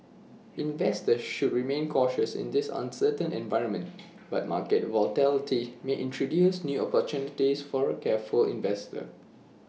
investors should remain cautious in this uncertain environment but market volatility may introduce new opportunities for the careful investor